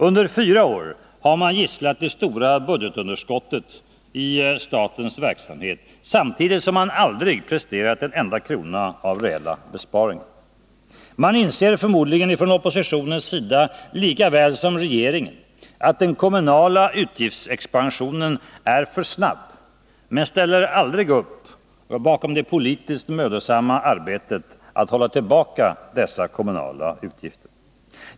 Under fyra år har man gisslat det stora budgetunderskottet i statens verksamhet, samtidigt som man aldrig presterat en enda krona av reella besparingar. Man inser förmodligen ifrån oppositionens sida, lika väl som regeringen, att den kommunala utgiftsexpansionen är för snabb, men man ställer aldrig upp bakom det politiskt mödosamma arbetet att hålla tillbaka dessa kommunala utgifter.